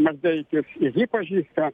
maldeikis ir jį pažįsta